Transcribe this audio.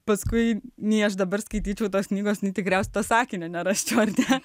paskui nei aš dabar skaityčiau tos knygos nei tikriausiai to sakinio nerasčiau ar ne